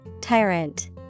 Tyrant